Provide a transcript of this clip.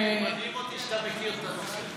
מדהים אותי שאתה מכיר את הנושא.